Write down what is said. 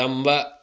ꯇꯝꯕ